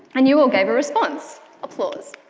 and you all gave a response, applause.